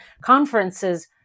conferences